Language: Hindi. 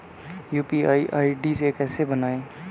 यू.पी.आई आई.डी कैसे बनाएं?